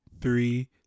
three